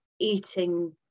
eating